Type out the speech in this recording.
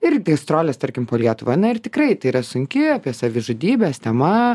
ir gastrolės tarkim po lietuvą na ir tikrai tai yra sunki apie savižudybes tema